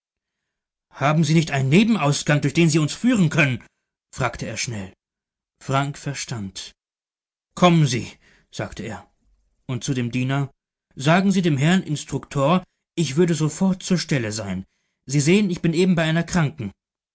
haben sie nicht einen nebenausgang durch den sie uns führen können fragte er schnell frank verstand kommen sie sagte er und zu dem diener sagen sie dem herrn instruktor ich würde sofort zur stelle sein sie sehen ich bin eben bei einer kranken